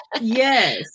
Yes